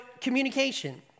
communication